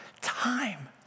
time